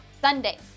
Sunday